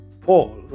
Paul